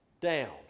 down